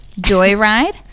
Joyride